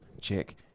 check